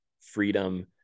freedom